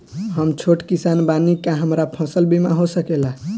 हम छोट किसान बानी का हमरा फसल बीमा हो सकेला?